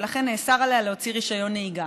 ולכן נאסר עליה להוציא רישיון נהיגה.